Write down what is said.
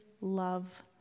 love